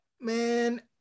man